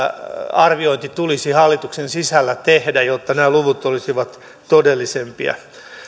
arviointi tulisi hallituksen sisällä tehdä jotta nämä luvut olisivat todellisempia